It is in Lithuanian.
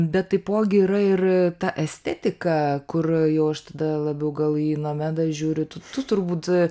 bet taipogi yra ir ta estetika kur jau aš tada labiau gal į nomedą žiūriu tu tu turbūt